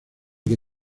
que